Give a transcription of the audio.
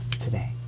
today